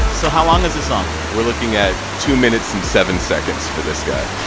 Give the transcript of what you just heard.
so how long is this song? we're looking at two minutes and seven seconds for this guy